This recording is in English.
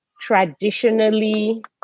traditionally